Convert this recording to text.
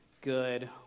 good